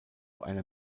einer